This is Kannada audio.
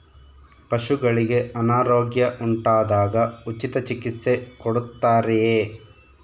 ಪಶುಗಳಿಗೆ ಅನಾರೋಗ್ಯ ಉಂಟಾದಾಗ ಉಚಿತ ಚಿಕಿತ್ಸೆ ಕೊಡುತ್ತಾರೆಯೇ?